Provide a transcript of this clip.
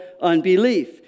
unbelief